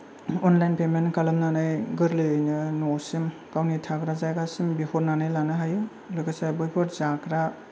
online payment खालामनानै गोर्लैयैनो न'सिम गावनि थाग्रा जायगासिम बिहरनानै लानो हायो लोगोसे बैफोर जाग्रा